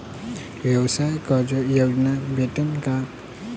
व्यवसाय कर्ज योजना भेटेन का?